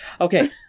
Okay